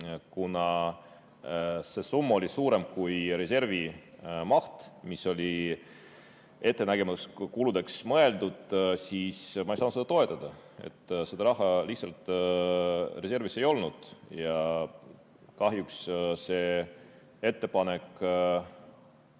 Kuna see summa oli suurem kui reservi maht, mis oli ettenägematuteks kuludeks mõeldud, siis ma ei saanud seda toetada, seda raha lihtsalt reservis ei olnud. Kahjuks selle ettepaneku